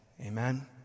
Amen